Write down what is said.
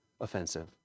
offensive